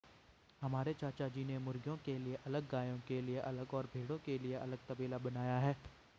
हमारे चाचाजी ने मुर्गियों के लिए अलग गायों के लिए अलग और भेड़ों के लिए अलग तबेला बनाया है